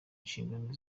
nshingano